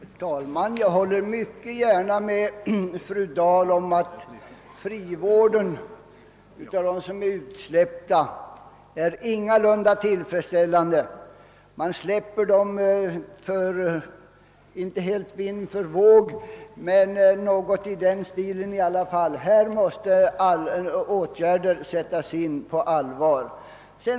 Herr talman! Jag håller mycket gärna med fru Dahl om att frivården ingalunda är tillfredsställande. Man släpper väl inte ut de frigivna alldeles vind för våg men lämnar dem i stort sett utan stöd. Här måste åtgärder sättas in på allvar.